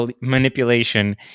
manipulation